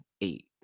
eight